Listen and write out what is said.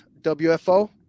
WFO